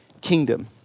kingdom